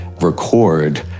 record